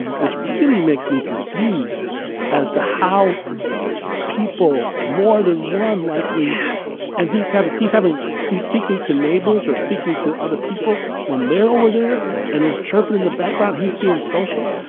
which really makes me confused as to how people more than one likely yeah and he's having he's having he's speaking to neighbors or speaking to other people when they're over there. yeah and his chirping in the background. he's being social.